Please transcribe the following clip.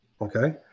Okay